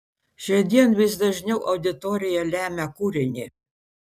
šiandien vis dažniau auditorija lemia kūrinį